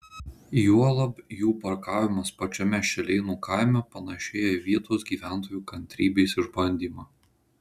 juolab jų parkavimas pačiame šilėnų kaime panašėja į vietos gyventojų kantrybės išbandymą